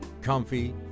comfy